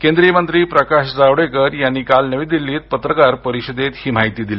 केंद्रीय मंत्री प्रकाश जावडेकर यांनी काल नवी दिल्लीत पत्रकार परिषदेत ही माहिती दिली